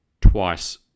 twice